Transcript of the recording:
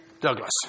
Douglas